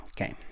Okay